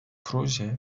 proje